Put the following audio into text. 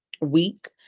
week